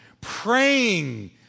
praying